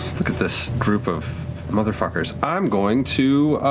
look at this group of motherfuckers. i'm going to.